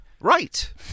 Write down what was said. Right